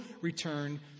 return